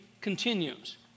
continues